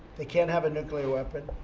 they can't have a nuclear weapon.